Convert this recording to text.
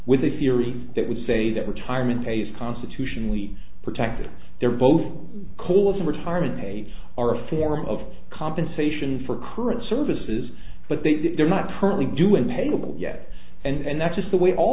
with a fury that would say that retirement pay is constitutionally protected they're both colas in retirement pay are a form of compensation for current services but they that they're not currently doing payable yet and that's just the way all